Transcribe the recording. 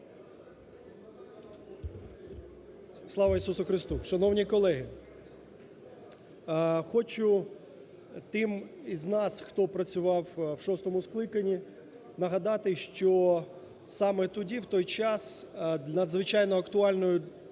Слава Ісусу Христу! Шановні колеги, хочу тим з нас, хто працював у шостому скликанні, нагадати, що саме тоді, в той час надзвичайно актуальною